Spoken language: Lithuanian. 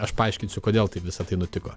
aš paaiškinsiu kodėl taip visa tai nutiko